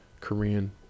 Korean